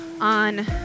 on